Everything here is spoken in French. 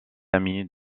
amie